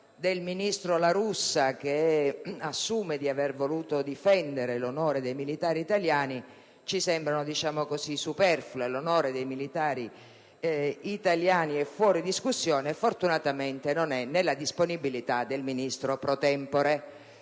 del ministro La Russa, che assume di aver voluto difendere l'onore dei militari italiani, ci sembrano superflue: l'onore dei militari italiani è fuori discussione e fortunatamente non è nella disponibilità del Ministro *pro tempore*.